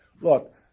look